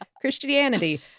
Christianity